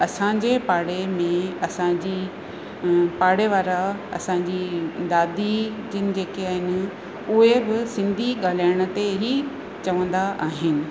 असांजे पाड़े में असांजी पाड़ेवारा असांजी दादी जिनि जेके आहिनि उहे बि सिंधी ॻालाइनि ते ही चवंदा आहिनि